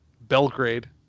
Belgrade